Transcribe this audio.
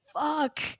fuck